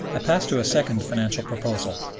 i pass to a second financial proposal.